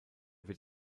wird